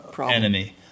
enemy